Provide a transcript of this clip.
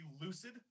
lucid